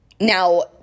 now